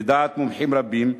ולדעת מומחים רבים,